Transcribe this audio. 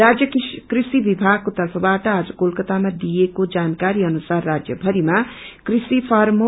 राज्य कृषि विभागको तर्फवाट आज कोलकत्तामा दिइएको जानकारी अनुसार राज्य भरिमा कृषि फाामे